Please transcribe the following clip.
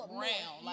brown